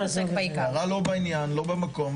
הערה לא לעניין, לא במקום.